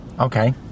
Okay